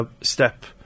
step